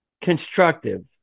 constructive